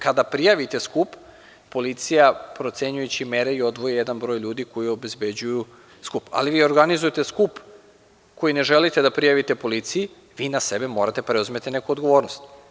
Kada prijavite skup policija procenjujući mere, odvoji jedan broj ljudi koji obezbeđuju skup, a vi organizujete skup koji ne želite da prijavite policiji, vi na sebe morate da preuzmete neku odgovornost.